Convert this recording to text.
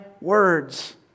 words